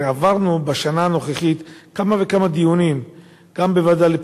הרי עברנו בשנה הנוכחית כמה וכמה דיונים,